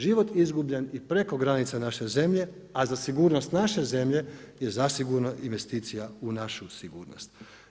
Život izgubljen i preko granica naše zemlje a za sigurnost naše zemlje, je zasigurno investicija u našu sigurnost.